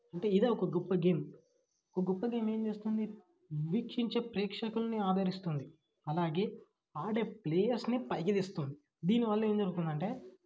అంటే ఇదా ఒక గొప్ప గేమ్ ఒక గొప్ప గేమ్ ఏం చేస్తుంది వీక్షించే ప్రేక్షకుల్ని ఆదరిస్తుంది అలాగే ఆడే ప్లేయర్స్ని పైకి తెస్తుంది దీని వలన ఏం జరుగుతుందంటే